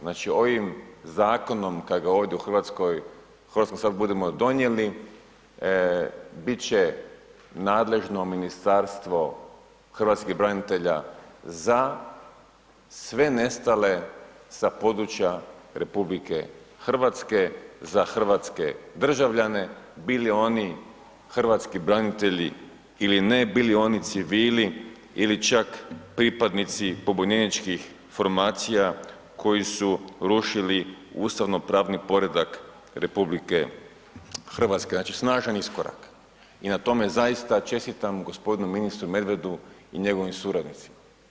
Znači, ovim zakonom kad ga ovdje u RH, u HS budemo donijeli, bit će nadležno Ministarstvo hrvatskih branitelja za sve nestale sa područja RH, za hrvatske državljane, bili oni hrvatski branitelji ili ne, bili oni civili ili čak pripadnici pobunjeničkih formacija koji su rušili ustavno pravni poredak RH, znači, snažan iskorak i na tome zaista čestitam g. ministru Medvedu i njegovim suradnicima.